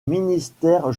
ministères